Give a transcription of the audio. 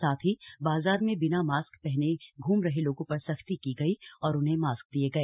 साथ ही बाजार में बिना मास्क पहने घूम रहे लोगों पर सख्ती की गई और उन्हें मास्क दिये गए